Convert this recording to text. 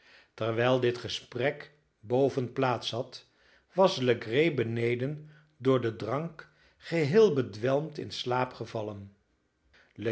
terwijl dit gesprek boven plaats had was legree beneden door den drank geheel bedwelmd in slaap gevallen